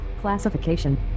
Classification